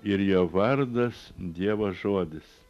ir jo vardas dievo žodis